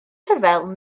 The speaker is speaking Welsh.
rhyfel